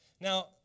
Now